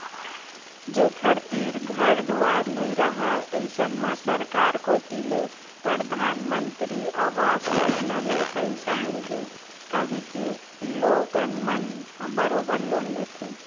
जेखर तीर घर दुवार नइ राहय अइसन म सरकार कोती ले परधानमंतरी अवास योजना ले पइसा मिलथे कहिके लोगन मन ह बरोबर लोन लेथे